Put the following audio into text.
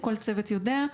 כל צוות יודע.